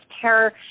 terror